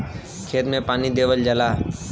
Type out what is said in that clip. खेत मे पानी देवल जाला